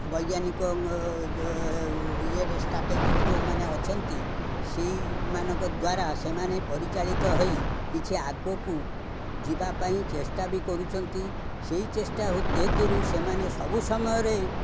ବୈଜ୍ଞାନିକ ଇଏରେ ଷ୍ଟ୍ରାଟେଜିରେ ଯେଉଁମାନେ ଅଛନ୍ତି ସେଇମାନଙ୍କ ଦ୍ୱାରା ସେମାନେ ପରିଚାଳିତ ହୋଇ କିଛି ଆଗକୁ ଯିବା ପାଇଁ ଚେଷ୍ଟା ବି କରୁଛନ୍ତି ସେଇ ଚେଷ୍ଟା ହେତୁରୁ ସେମାନେ ସବୁ ସମୟରେ